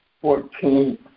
Fourteen